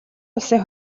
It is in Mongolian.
улсын